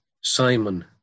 Simon